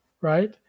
right